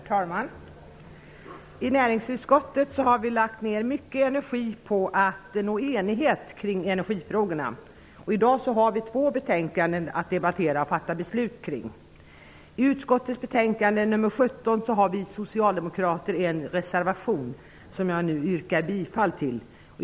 Herr talman! I näringsutskottet har vi lagt ner mycken möda på att nå enighet kring energifrågorna. I dag har vi två betänkanden att debattera och fatta beslut om. I utskottets betänkande nr 17 har vi socialdemokrater en reservation, som jag nu yrkar bifall till.